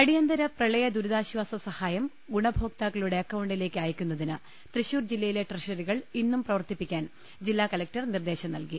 അടിയന്തിര പ്രളയ ദുരിതാശ്ചാസ സഹായം ഗുണഭോക്താക്കളുടെ അക്കൌണ്ടിലേക്ക് അയക്കുന്നതിന് തൃശ്ശൂർ ജില്ലയിലെ ട്രഷറികൾ ഇന്നും പ്രവർത്തിപ്പിക്കാൻ ജില്ലാ കലക്ടർ നിർദ്ദേശം നൽകി